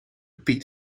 piet